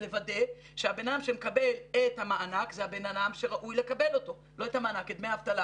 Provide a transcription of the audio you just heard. לוודא שהבן אדם שמקבל את דמי האבטלה